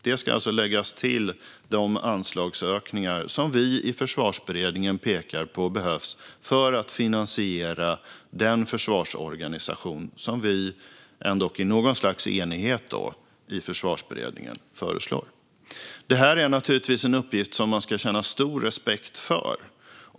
Det ska alltså läggas till de anslagsökningar som vi i Försvarsberedningen pekar på behövs för att finansiera den försvarsorganisation som vi ändå i något slags enighet i Försvarsberedningen föreslår. Det här är naturligtvis en uppgift som man ska känna stor respekt för.